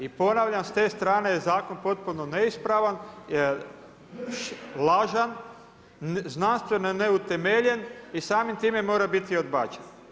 I ponavljam s te strane je zakon potpuno neispravan, lažan, znanstveno je neutemeljen i samim time mora biti odbačen.